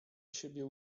siebie